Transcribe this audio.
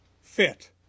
fit